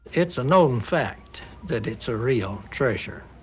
it's a known fact that it's a real treasure.